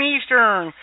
Eastern